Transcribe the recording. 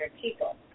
people